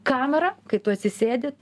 kamera kai tu atsisėdi